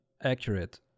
accurate